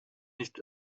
nicht